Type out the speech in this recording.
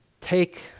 Take